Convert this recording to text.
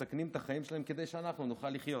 מסכנים את החיים שלהם כדי שאנחנו נוכל לחיות.